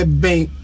bank